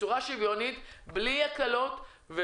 בצורה שוויונית, בלי הקלות.